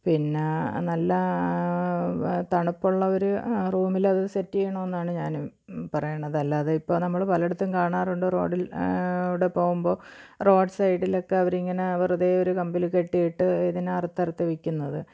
പിന്ന നല്ല തണുപ്പുള്ള ഒരു റൂമിലത് സെറ്റ് ചെയ്യണമെന്നാണ് ഞാനും പറയണത് അല്ലാതെ ഇപ്പോള് നമ്മള് പലയിടത്തും കാണാറുണ്ട് റോഡിൽ കൂടെ പോകുമ്പോള് റോഡ് സൈഡിലൊക്കെ അവരിങ്ങനെ വെറുതെ ഒരു കമ്പില് കെട്ടിയിട്ട് ഇതിനെ അറത്തറത്തു വയ്ക്കുന്നത്